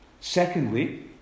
Secondly